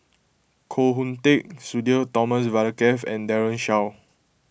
Koh Hoon Teck Sudhir Thomas Vadaketh and Daren Shiau